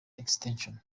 extension